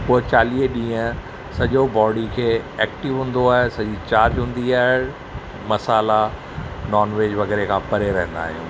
पोइ चालीह ॾींहं सॼो बॉडी खे एक्टिव हूंदो आहे सॼी चार्ज हूंदी आहे मसाला नॉन वेज वग़ैरह खां परे रहंदा आहियूं